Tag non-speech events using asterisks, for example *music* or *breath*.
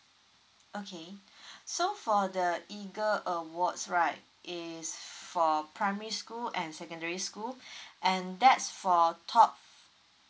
okay so for the eagle awards right is for primary school and secondary school *breath* and that's for top